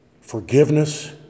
forgiveness